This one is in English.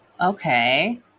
Okay